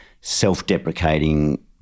self-deprecating